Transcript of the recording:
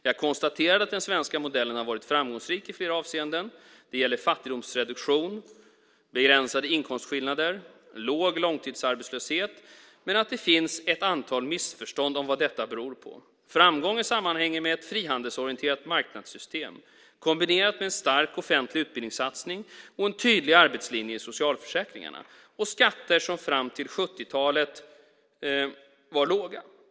Jag konstaterade att den svenska modellen har varit framgångsrik i flera avseenden vad gäller fattigdomsreduktion, begränsade inkomstskillnader och låg långtidsarbetslöshet, men att det finns ett antal missförstånd om vad detta beror på. Framgången sammanhänger med ett frihandelsorienterat marknadssystem kombinerat med en stark offentlig utbildningssatsning och en tydlig arbetslinje i socialförsäkringar och skatter fram till 70-talet.